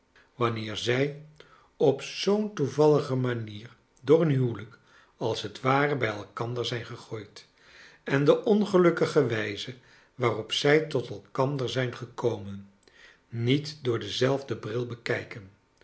wanneer zij op zoom toevallige manier door een huwelijk als t ware bij elkander zijn gegooid en de ongelukkige wijze waarop zij tot elkander zijn gekomen niet door denzelfden bril bekijken